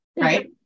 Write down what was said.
Right